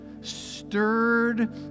stirred